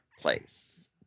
place